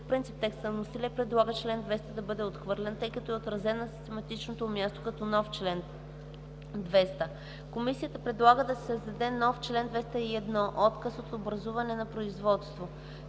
принцип текста на вносителя и предлага чл. 200 да бъде отхвърлен, тъй като е отразен на систематичното му място като нов чл. 200. Комисията предлага да се създаде нов чл. 201: „Отказ от образуване на производство